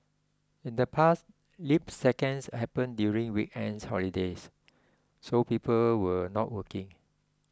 in the past leap seconds happened during weekends holidays so people were not working